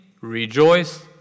rejoice